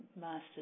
Master